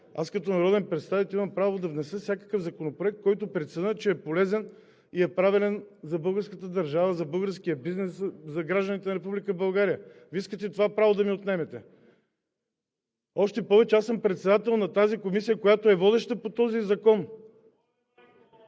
Аз като народен представител имам право да внеса всякакъв законопроект, който преценя, че е полезен и правилен за българската държава, за българския бизнес, за гражданите на Република България. Искате това право да ми отнемете. Още повече че аз съм председател на тази комисия, която е водеща по този закон.